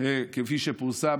כפי שפורסם,